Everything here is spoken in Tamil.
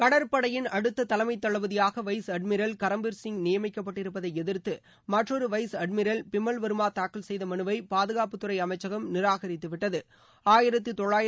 கடற்படையின் அடுத்த தலைமைத் தளபதியாக வைஸ் அட்மிரல் கரம்பீர் சிங் நியமிக்கப்பட்டிருப்பதை எதிர்த்து மற்றொரு வைஸ் அட்மிரல் பிமல்வர்மா தாக்கல் செய்த மனுவை பாதுகாப்புத்துறை அமைச்சகம் நிராகரித்து விட்டது